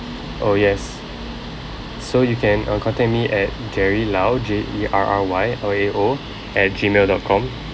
oh yes so you can uh contact me at jerry lao J E R R Y L A O at Gmail dot com